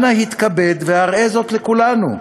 אנא, התכבד והראה זאת לכולנו,